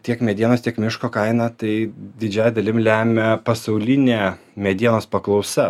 tiek medienos tiek miško kainą tai didžiąja dalim lemia pasaulinė medienos paklausa